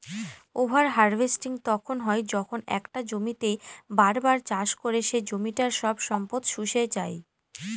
over harvesting তখন হয় যখন একটা জমিতেই বার বার চাষ করে সে জমিটার সব সম্পদ শুষে যাই